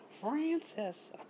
Francis